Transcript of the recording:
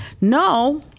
no